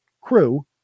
crew